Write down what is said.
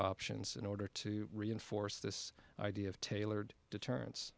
options in order to reinforce this idea of tailored deter